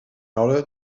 order